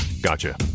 Gotcha